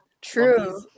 True